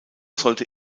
sollte